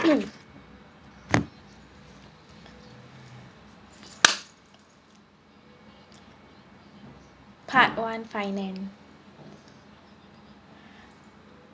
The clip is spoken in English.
part one finance